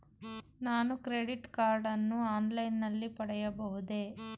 ನಾನು credit card ಅನ್ನು online ನಲ್ಲಿ ಪಡೆಯಬಹುದೇ?